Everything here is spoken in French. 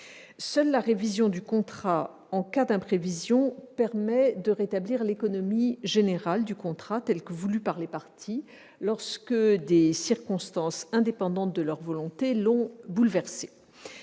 Seule la révision du contrat en cas d'imprévision permet de rétablir l'économie générale du contrat telle qu'elle a été voulue par les parties, lorsque des circonstances indépendantes de leur volonté l'ont bouleversée.